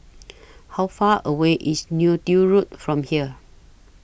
How Far away IS Neo Tiew Road from here